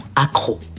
accro